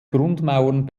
grundmauern